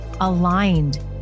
aligned